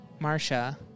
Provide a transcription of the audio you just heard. Marsha